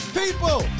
people